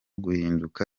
guhinduka